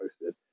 posted